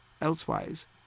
elsewise